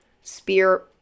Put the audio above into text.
spear